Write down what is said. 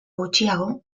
gutxiago